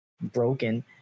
broken